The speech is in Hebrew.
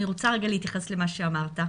אני רוצה להתייחס למה שאמרת.